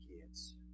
kids